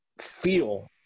feel